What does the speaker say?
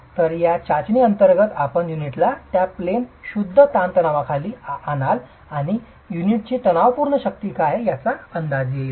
तर या चाचणी अंतर्गत आपण युनिटला त्या प्लेन शुद्ध ताणतणावाखाली आणाल आणि युनिटची तणावपूर्ण शक्ती काय आहे याचा अंदाज येईल